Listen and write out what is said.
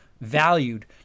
valued